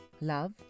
Love